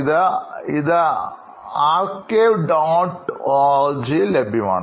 archive dot org ൽകേസ് study ലഭ്യമാണ്